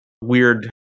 Weird